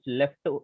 left